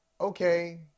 okay